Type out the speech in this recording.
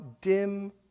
dim